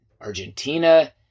Argentina